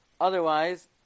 Otherwise